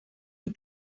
the